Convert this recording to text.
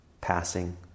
passing